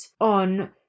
on